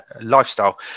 lifestyle